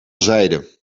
zijde